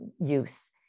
use